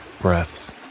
breaths